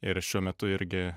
ir šiuo metu irgi